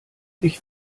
ich